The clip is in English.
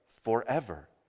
forever